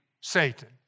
Satan